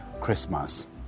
Christmas